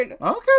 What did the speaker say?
Okay